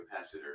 Capacitor